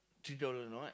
two dollar not